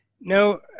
No